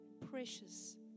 precious